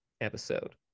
episode